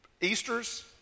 Easters